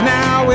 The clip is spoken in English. now